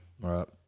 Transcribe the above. Right